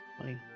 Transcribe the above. Funny